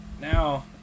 Now